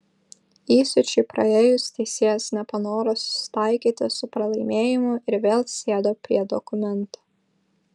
įsiūčiui praėjus teisėjas nepanoro susitaikyti su pralaimėjimu ir vėl sėdo prie dokumento